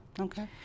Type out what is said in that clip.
okay